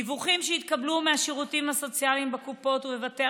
דיווחים שהתקבלו מהשירותים הסוציאליים בקופות החולים ובבתי